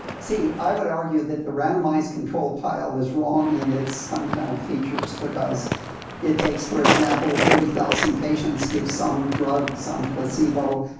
see, i would argue that the randomised control trial is wrong in its fundamental features, because it takes, for example, thirty thousand patients, give some drugs, some placebo,